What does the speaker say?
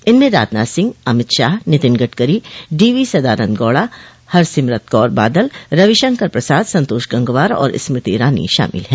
इनमें राजनाथ सिंह अमित शाह नितिन गडकरी डीवी सदानन्द गौड़ा हरसिमरत कौर बादल रविशंकर प्रसाद संतोष गंगवार और स्मृति ईरानी शामिल हैं